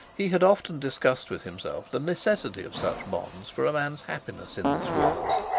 he had often discussed with himself the necessity of such bonds for a man's happiness in this world,